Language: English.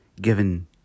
given